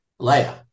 Leia